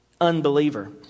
unbeliever